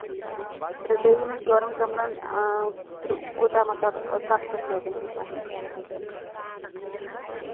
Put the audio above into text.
ٹھیٖک تہٕ بیٚیہِ یِمَن ژورَن کَمرَن کوٗتاہ مطلب کَس کَس میٚٹِنٛگ چھِ تۅہہِ نِش ایٚویلیبٕل تقریٖباً آسہِ نا